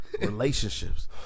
Relationships